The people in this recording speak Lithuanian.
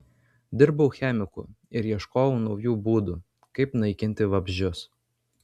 dirbau chemiku ir ieškojau naujų būdų kaip naikinti vabzdžius